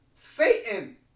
Satan